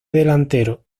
delantero